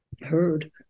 heard